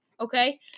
okay